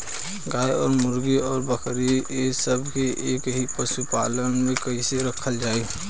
गाय और मुर्गी और बकरी ये सब के एक ही पशुपालन में कइसे रखल जाई?